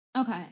Okay